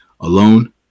alone